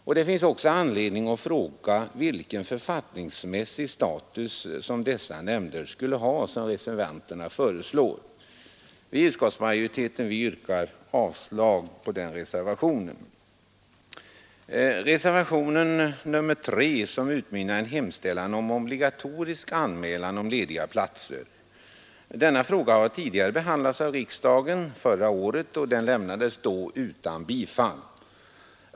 Och det finns också anledning att fråga vilken författningsmässig status dessa nämnder skulle ha som reservanterna föreslår. Vi i utskottsmajoriteten yrkar avslag på den reservationen. Reservation nr 3 utmynnar i en hemställan om obligatorisk anmälan om lediga platser. Denna fråga behandlades av riksdagen förra året, och förslaget lämnades då utan bifall.